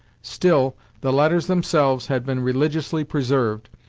still the letters themselves had been religiously preserved,